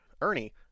Ernie